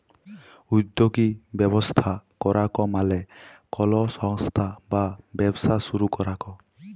উদ্যগী ব্যবস্থা করাক মালে কলো সংস্থা বা ব্যবসা শুরু করাক